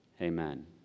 amen